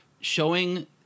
showing